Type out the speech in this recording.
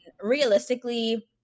realistically